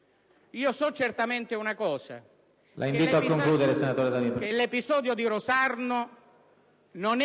parte. So solo che l'episodio di Rosarno non